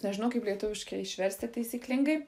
nežinau kaip lietuviškai išversti taisyklingai